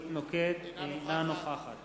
אינה נוכחת